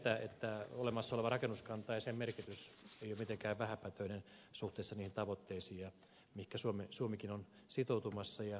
olemassa oleva rakennuskanta ja sen merkitys ei ole mitenkään vähäpätöinen suhteessa niihin tavoitteisiin mihin suomikin on sitoutumassa ja sitoutunut